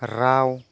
राव